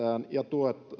ja